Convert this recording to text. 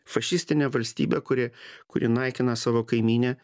fašistinė valstybė kuri kuri naikina savo kaimynę